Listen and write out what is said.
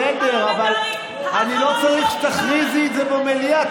בסדר, אבל אני לא צריך שתכריזי את זה במליאה.